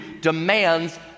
demands